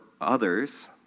others